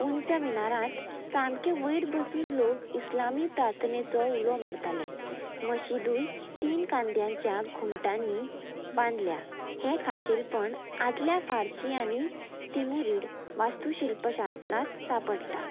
उंच मिनारांत सामके वयर बसून लोक इस्लामी प्रार्थनेचो उलो मारताले मशिदूय तीन कांद्यांच्या घुमटांनी बांदल्या हे खाशेलपण आदल्या फारशी आनी तिमुरी वास्तुशिल्पशास्त्रांत सापडटा